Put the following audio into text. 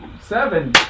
Seven